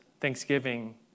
Thanksgiving